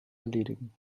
erledigen